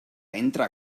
entra